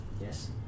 Yes